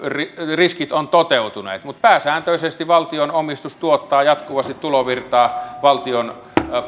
riskit ovat toteutuneet mutta pääsääntöisesti valtion omistus tuottaa jatkuvasti tulovirtaa valtion